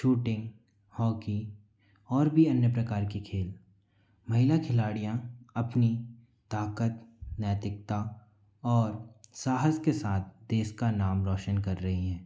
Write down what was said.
shooting hockey और भी अन्य प्रकार के खेल महिला खिलाड़ियाँ अपनी ताकत नैतिकता और साहस के साथ देश का नाम रोशन कर रही हैं